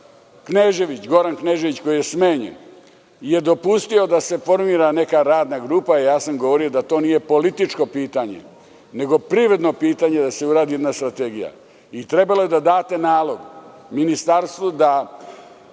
Goran Knežević koji je smenjen je dopustio da se formira neka radna grupa. Govorio sam da to nije ni političko pitanje nego privredno pitanje da se uradi jedna strategije. Trebalo je da date nalog ministarstvu da